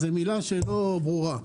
זאת מילה לא ברורה,